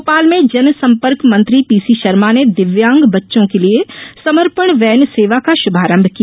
भोपाल में जनसंपर्क मंत्री पीसी शर्मा ने दिव्यांग बच्चों के लिए समर्पण वेन सेवा का शुभारंभ किया